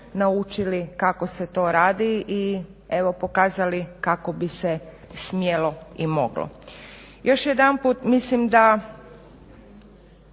naučili kako se to radi i evo pokazali kako bi se smjelo i moglo. Još jedanput mislim da